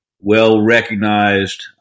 well-recognized